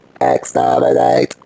Exterminate